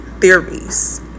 theories